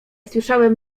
słyszałem